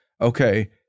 okay